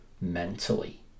mentally